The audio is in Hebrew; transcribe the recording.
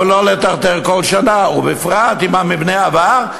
אבל לא לטרטר כל שנה, ובפרט אם המבנה עבר.